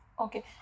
Okay